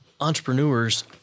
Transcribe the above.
entrepreneurs